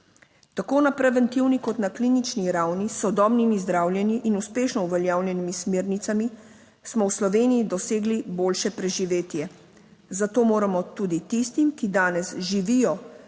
Tako na preventivni kot na klinični ravni s sodobnimi zdravljenji in uspešno uveljavljenimi smernicami smo v Sloveniji dosegli boljše preživetje, zato moramo tudi tistim, ki danes živijo